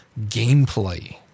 gameplay